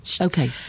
Okay